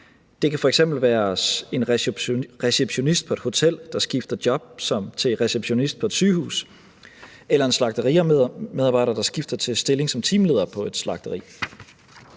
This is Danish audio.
Det kan f.eks. være en receptionist på et hotel, der skifter job til receptionist på et sygehus, eller en slagterimedarbejder, der skifter til en stilling som teamleder på et slagteri.